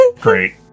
Great